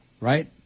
Right